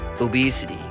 Obesity